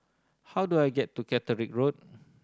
how do I get to Catterick Road